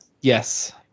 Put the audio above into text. Yes